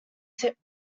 tip